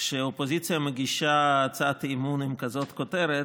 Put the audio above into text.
כשהאופוזיציה מגישה הצעת אי-אמון עם כזאת כותרת,